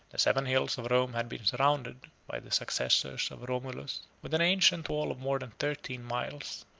the seven hills of rome had been surrounded, by the successors of romulus, with an ancient wall of more than thirteen miles.